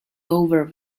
over